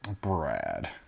Brad